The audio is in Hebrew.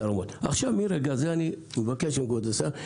אני מבקש את כבוד השר.